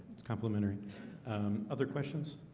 it's complementary other questions,